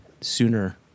sooner